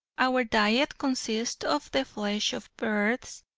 our diet consists of the flesh of birds,